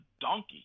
donkey